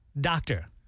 Doctor